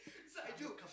that's I do